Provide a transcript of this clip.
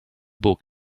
book